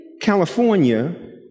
California